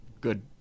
good